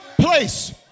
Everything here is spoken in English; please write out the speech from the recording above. place